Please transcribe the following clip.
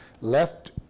left